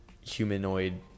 humanoid